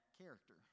character